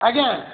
ଆଜ୍ଞା